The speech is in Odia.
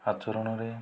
ଆଚରଣରେ